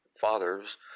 father's